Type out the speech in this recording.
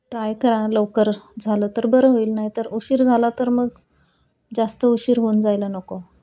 try करा लवकर झालं तर बरं होईल नाही तर उशीर झाला तर मग जास्त उशीर होऊन जायला नको